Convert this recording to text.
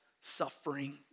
suffering